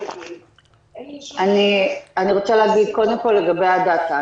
אני רוצה להגיד קודם כול לגבי הדאטה.